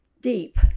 deep